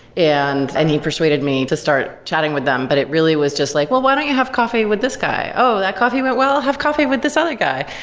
and and he persuaded me to start chatting with them. but it really was just like, well, why don't you have coffee with this guy? oh, that coffee went well? have coffee with this other guy.